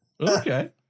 okay